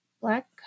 black